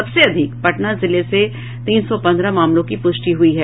सबसे अधिक पटना जिले से तीन सौ पन्द्रह मामलों की पुष्टि हुई है